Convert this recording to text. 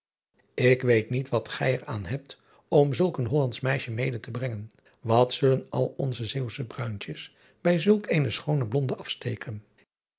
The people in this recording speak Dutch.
k weet niet wat gij er aan hebt om zulk een ollandsch meisje mede te brengen at zullen alle onze eeuwsche bruinetjes bij zulk eene schoone blonde afsteken